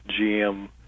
GM